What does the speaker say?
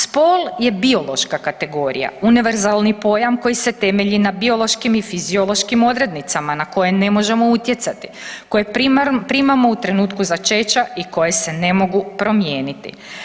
Spol je biološka kategorija, univerzalni pojam koji se temelji na biološkim i fiziološkim odrednicama na koje ne možemo utjecati koje primamo u trenutku začeća i koje se ne mogu promijeniti.